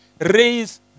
raise